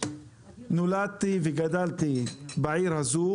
נולדתי וגדלתי בעיר הזו,